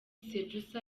sejusa